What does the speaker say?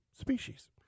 species